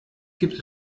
gibt